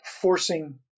forcing